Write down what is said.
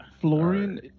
Florian